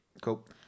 Cool